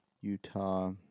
Utah